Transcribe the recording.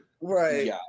Right